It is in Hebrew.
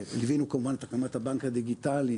ליווינו כמובן את הקמת הבנק הדיגיטלי,